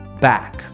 back